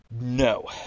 no